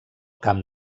camp